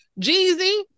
jeezy